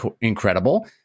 incredible